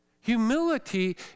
Humility